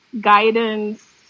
guidance